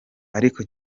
ariko